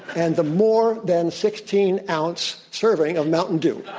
and the more than sixteen ounce serving of mountain dew.